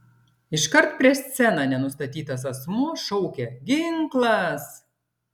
iškart prieš sceną nenustatytas asmuo šaukė ginklas